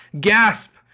gasp